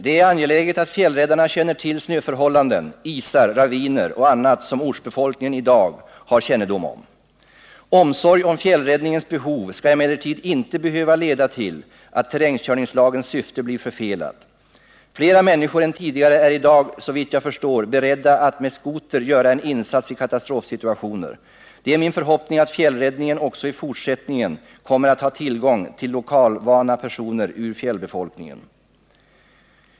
Det är angeläget att fjällräddarna känner till snöförhållanden, isar, raviner och annat som ortsbefolkningen i dag har kännedom om. Omsorg om fjällräddningens behov skall emellertid inte behöva leda till att terrängkörningslagens syfte blir förfelat. Flera människor än tidigare är i dag, såvitt jag förstår, beredda att med skoter göra en insats i katastrofsituationer. Det är min förhoppning att fjällräddningen också i fortsättningen kommer att ha tillgång till lokalvana personer ur fjällbefolkningen.